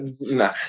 Nah